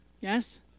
yes